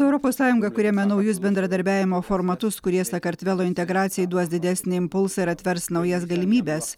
europos sąjunga kuriame naujus bendradarbiavimo formatus kurie sakartvelo integracijai duos didesnį impulsą ir atvers naujas galimybes